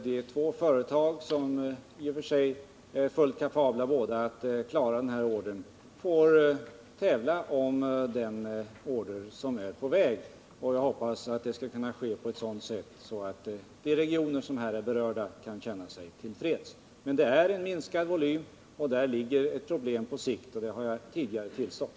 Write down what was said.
De två företagen, som i och för sig båda är kapabla att klara den här ordern, får tävla om den. Jag hoppas att det skall kunna ske på ett sådant sätt att folket i de regioner som är berörda kan känna sig till freds. Men det blir en minskning i volymen på sikt. Däri ligger ett problem, vilket jag också tidigare har tillstått.